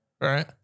right